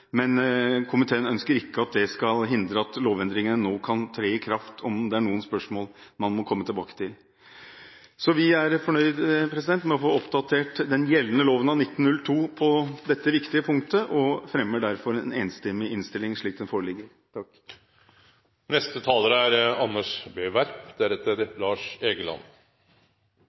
Men komiteen ønsker ikke at det skal hindre at lovendringen nå kan tre i kraft. Det er spørsmål man må komme tilbake til. Vi er fornøyd med å få oppdatert den gjeldende loven av 1902 på dette viktige punktet og anbefaler derfor en enstemmig innstilling, slik den foreligger.